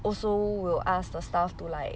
also will ask the staff to like